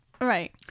Right